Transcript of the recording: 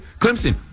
Clemson